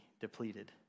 depleted